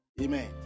Amen